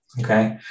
okay